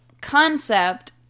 concept